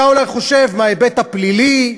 אתה אולי חושב מההיבט הפלילי,